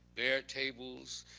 bare tables,